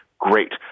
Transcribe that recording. great